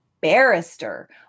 barrister